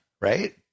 right